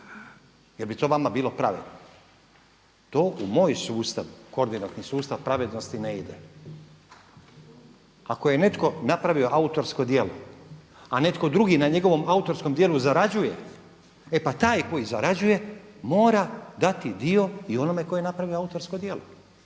Jer bi to vama bilo pravedno? To u moj sustav koordinatni sustav pravednosti ne ide. Ako je netko napravio autorsko djelo, a neko drugi na njegovom autorskom djelu zarađuje e pa taj koji zarađuje mora dati dio i onome tko je napravio autorsko djelo.